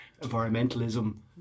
environmentalism